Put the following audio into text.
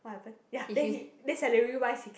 what happen ya then he then salary wise he can